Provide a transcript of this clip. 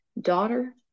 daughter